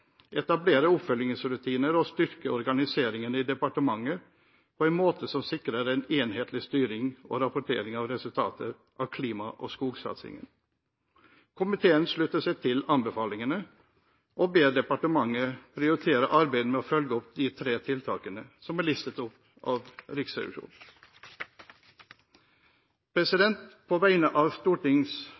etablere oppfølgingsrutiner og styrke organiseringen i departementet på en måte som sikrer en enhetlig styring og rapportering av resultater av klima- og skogsatsingen Komiteen slutter seg til anbefalingene og ber departementet prioritere arbeidet med å følge opp de tre tiltakene som er listet opp av Riksrevisjonen. På vegne av